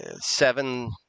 seven